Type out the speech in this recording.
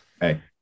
Hey